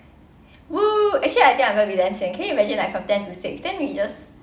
!woo! actually I think I'm going to be damn sian can imagine like from ten to six then we just